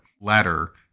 ladder